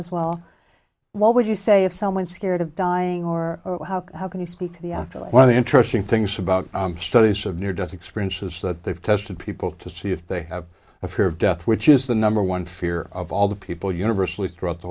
as well what would you say of someone scared of dying or how can you speak to the afterlife one of the interesting things about studies of near death experience is that they've tested people to see if they have a fear of death which is the number one fear of all the people universally throughout the